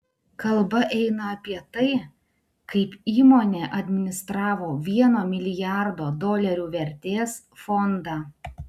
kalba eina apie tai kaip įmonė administravo vieno milijardo dolerių vertės fondą